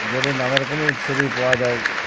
যদ নানাারকমই উৎসবই পাওয়া যায়